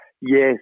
Yes